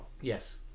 Yes